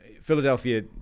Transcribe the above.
Philadelphia